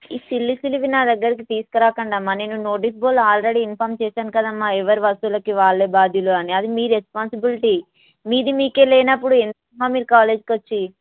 ఈ సిల్లీ సిల్లీవి నా దగ్గరకి తీసుకురాకండి అమ్మ నేను నోటీస్ బోర్డ్లో ఆల్రెడీ ఇంఫామ్ చేసాను కదమ్మ ఎవరు వస్తువులకు వాళ్ళే బాధ్యతలు అది మీ రెస్పాన్సిబిలిటీ మీది మీకు లేనప్పుడు ఎందుకమ్మ మీరు కాలేజీకి వచ్చి